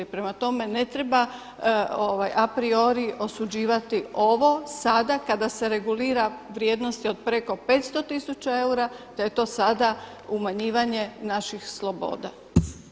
Prema tome, ne treba a priori osuđivati ovo sada kada se regulira vrijednosti od preko 500 tisuća eura, da je to sada umanjivanje naših sloboda.